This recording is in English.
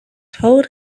told